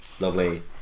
lovely